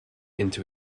into